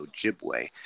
Ojibwe